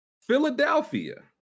Philadelphia